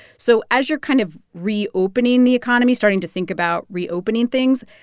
so as you're kind of reopening the economy, starting to think about reopening things,